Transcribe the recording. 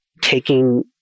taking